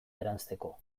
eranzteko